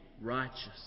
righteous